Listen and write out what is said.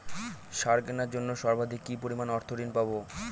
সার কেনার জন্য সর্বাধিক কি পরিমাণ অর্থ ঋণ পাব?